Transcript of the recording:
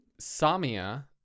Samia